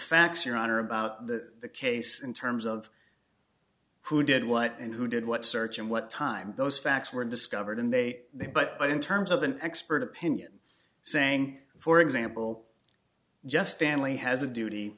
facts your honor about that case in terms of who did what and who did what search and what time those facts were discovered and they they but in terms of an expert opinion saying for example just family has a duty